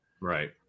Right